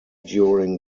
during